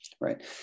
right